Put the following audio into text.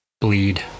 bleed